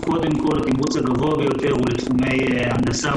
התמרוץ הגבוה ביותר הוא לתחומי הנדסה,